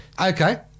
Okay